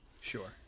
sure